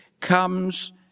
comes